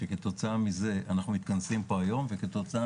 שכתוצאה מזה אנחנו מתכנסים פה היום וכתוצאה